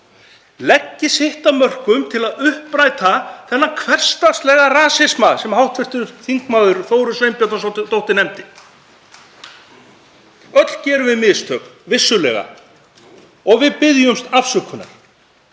leggi sitt af mörkum til að uppræta þennan hversdagslega rasisma sem hv. þm. Þórunn Sveinbjarnardóttir nefndi svo. Öll gerum við mistök, vissulega, og við biðjumst afsökunar.